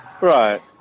Right